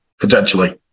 potentially